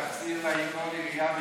להחזיר לכל עירייה ועירייה,